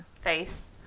face